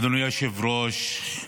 אדוני היושב-ראש,